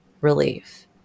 relief